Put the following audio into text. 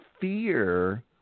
fear